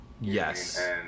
Yes